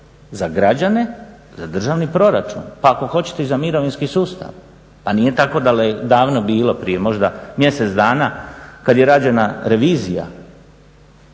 za građane, za državni proračun pa ako hoćete i za mirovinski sustav. Pa nije tako davno bilo prije možda mjesec dana kad je rađena revizija